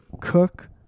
cook